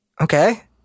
Okay